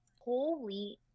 Holy